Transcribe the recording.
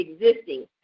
existing